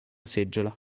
seggiola